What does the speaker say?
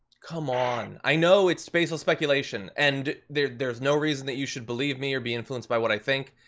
come on. i know it's baseless speculation. and there's there's no reason that you should believe me, or be influenced by what i think.